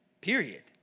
period